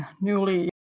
newly